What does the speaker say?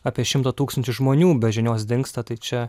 apie šimtą tūkstančių žmonių be žinios dingsta tai čia